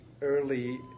early